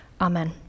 Amen